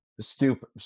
Stupid